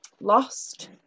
lost